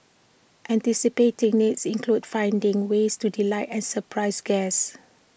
anticipating needs includes finding ways to delight and surprise guests